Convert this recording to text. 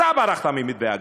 אתה ברחת ממתווה הגז.